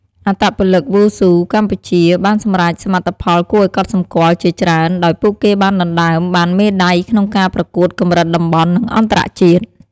អត្តពលិកវ៉ូស៊ូកម្ពុជាបានសម្រេចសមិទ្ធផលគួរឲ្យកត់សម្គាល់ជាច្រើន ដោយពួកគេបានដណ្ដើមបានមេដាយក្នុងការប្រកួតកម្រិតតំបន់ និងអន្តរជាតិ។